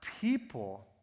people